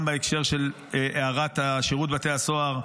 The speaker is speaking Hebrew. גם בהקשר של הערת שירות בתי הסוהר,